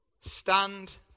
stand